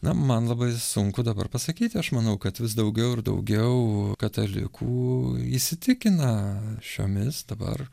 na man labai sunku dabar pasakyti aš manau kad vis daugiau ir daugiau katalikų įsitikina šiomis dabar